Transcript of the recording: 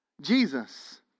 Jesus